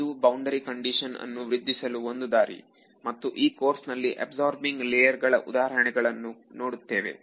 ಇದು boundary condition ಅನ್ನು ವೃದ್ಧಿಸಲು ಒಂದು ದಾರಿ ಮತ್ತು ಈ ಕೋರ್ಸಿನಲ್ಲಿ ಅಬ್ಸರ್ಬಿಂಗ್ ಲೇಯರ್ ಗಳ ಉದಾಹರಣೆಗಳನ್ನು ನೋಡುತ್ತೇವೆ